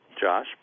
Josh